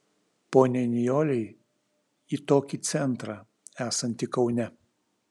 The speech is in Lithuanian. poniai nijolei į tokį centrą esantį kaune